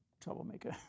troublemaker